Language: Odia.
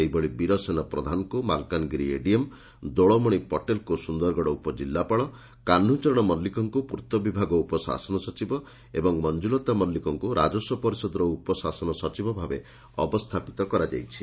ସେହିଭଳି ବୀରସେନ ପ୍ରଧାନଙ୍କୁ ମାଲକାନଗିରି ଏଡିଏମ୍ ଦୋଳମଣି ପଟେଲ୍ଙ୍କୁ ସୁନ୍ଦରଗଡ଼ ଉପଜିଲ୍ଲାପାଳ କାହ୍ବଚରଣ ମଲ୍ଲିକଙ୍କୁ ପୂର୍ଭ ବିଭାଗ ଉପଶାସନ ସଚିବ ଓ ମଞ୍ଚୁଲତା ମଲ୍ଲିକଙ୍କୁ ରାଜସ୍ୱ ପର୍ଷଦର ଉପଶାସନ ସଚିବ ଭାବେ ଅବସ୍ତାପିତ କରାଯାଇଛି